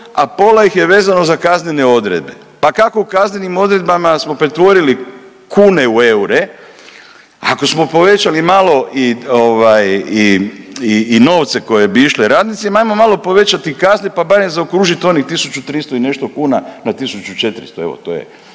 a pola ih je vezano za kaznene odredbe. Pa kako u kaznenim odredbama smo pretvorili kune u eure, ako smo povećali malo i novce koji bi išle radnicima, ajmo malo povećati kazne pa barem zaokružiti onih 1.300 i nešto kuna na 1.400 evo to je